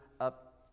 up